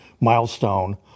milestone